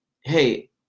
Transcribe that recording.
hey